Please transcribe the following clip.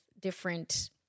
different